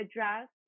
address